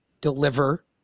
deliver